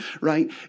right